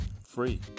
free